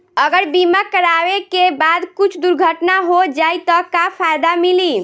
अगर बीमा करावे के बाद कुछ दुर्घटना हो जाई त का फायदा मिली?